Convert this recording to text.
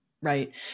right